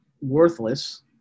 worthless